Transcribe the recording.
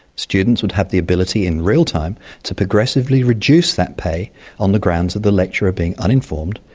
students would have the ability in real time to progressively reduce that pay on the grounds of the lecturer being uninformed,